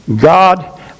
God